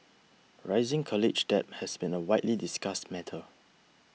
rising college debt has been a widely discussed matter